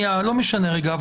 לא משנה רגע.